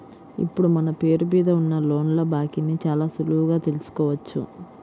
ఇప్పుడు మన పేరు మీద ఉన్న లోన్ల బాకీని చాలా సులువుగా తెల్సుకోవచ్చు